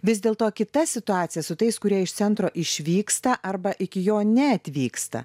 vis dėlto kita situacija su tais kurie iš centro išvyksta arba iki jo neatvyksta